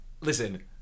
Listen